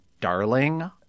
darling